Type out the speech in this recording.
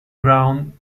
ground